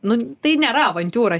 nu tai nėra avantiūra